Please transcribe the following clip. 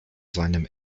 seinem